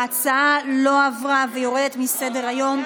ההצעה לא עברה ויורדת מסדר-היום.